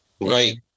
Right